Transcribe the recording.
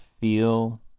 feel